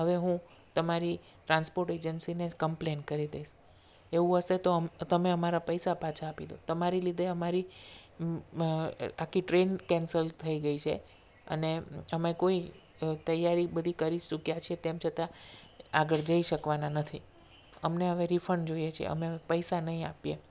હવે હું તમારી ટ્રાન્સપોર્ટ એજન્સીને જ કમ્પલેન કરી દઈશ એવું હશે તો તમે અમારાં પૈસા પાછા આપી દો તમારી લીધે અમારી આખી ટ્રેન કેન્સલ થઈ ગઈ છે અને અમે કોઈ તૈયારી બધી કરી ચૂક્યાં છે તેમ છતાં આગળ જઈ શકવાનાં નથી અમને હવે રિફંડ જોઈએ છે અમે પૈસા નહીં આપીએ